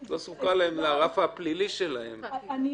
את לא זקוקה לרף הפלילי שלהם --- אני